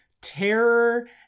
terror